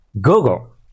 Google